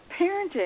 parenting